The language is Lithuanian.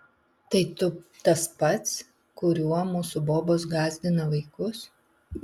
tai tu tas pats kuriuo mūsų bobos gąsdina vaikus